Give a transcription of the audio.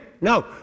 No